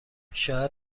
شاید